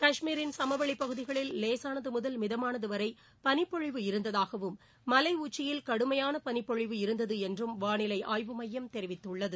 காஷ்மீரின் சமவெளிப் பகுதிகளில் லேசானது முதல் மிதமானது வரை பளிப்பொழிவு இருந்ததாகவும் மலைஉச்சியில் கடுமையான பனிப்பொழிவு இருந்தது என்றும் வானிலை ஆய்வு மையம் தெரிவித்துள்ளது